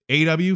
AW